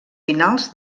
finals